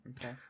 Okay